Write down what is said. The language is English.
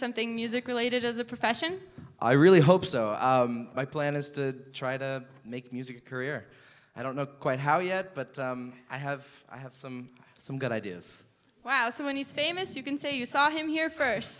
something music related as a profession i really hope so my plan is to try to make music career i don't know quite how yet but i have i have some some good ideas wow so many famous you can say you saw him here first